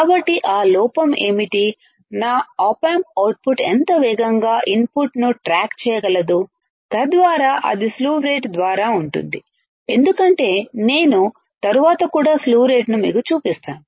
కాబట్టి ఆ లోపం ఏమిటి నా ఆప్ ఆంప్ అవుట్పుట్ ఎంత వేగంగా ఇన్పుట్ను ట్రాక్ చేయగలదు తద్వారా అది స్లీవ్ రేట్ ద్వారా ఉంటుంది ఎందుకంటే నేను తరువాత కూడా స్లీవ్ రేటును మీకు చూపిస్తాను